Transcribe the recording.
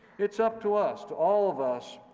it's up to us, to all of us,